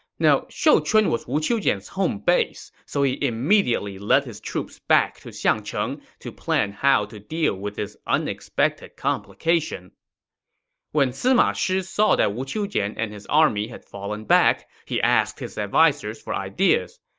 now, shouchun was wu qiujian's home base, so he immediately led his troops back to xiangcheng to plan how to deal with this unexpected complication when sima shi saw that wu qiujian and his army had fallen back, he asked his advisers for ideas.